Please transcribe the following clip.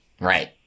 right